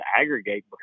aggregate